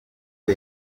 ari